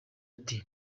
ati